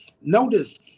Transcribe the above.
Notice